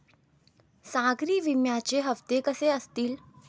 सागरी विम्याचे हप्ते कसे असतील?